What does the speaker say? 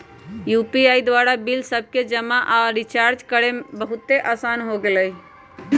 UPI द्वारा bill सभके जमा आऽ रिचार्ज करनाइ बहुते असान हो गेल हइ